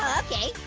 okay.